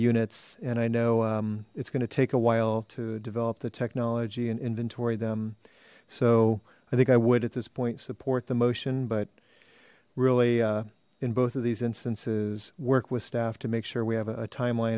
units and i know it's going to take a while to develop the technology and inventory them so i think i would at this point support the motion but really in both of these instances work with staff to make sure we have a timel